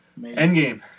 Endgame